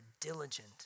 diligent